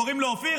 וקוראים לו אופיר,